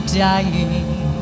dying